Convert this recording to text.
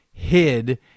Hid